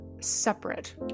separate